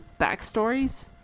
backstories